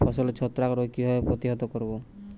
ফসলের ছত্রাক রোগ কিভাবে প্রতিহত করব?